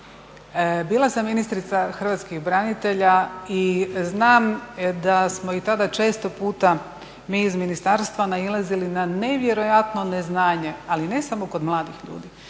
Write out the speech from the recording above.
Bila sam ministrica hrvatskih branitelja i znam da smo i tada često puta mi iz ministarstva nailazili na nevjerojatno neznanje ali ne samo kod mladih ljudi